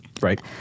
right